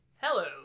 Hello